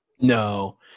No